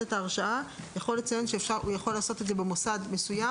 את ההרשאה יכול לציין שהוא יכול לעשות את זה במוסד מסוים.